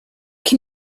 can